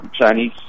Chinese